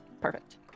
Perfect